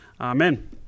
Amen